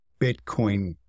Bitcoin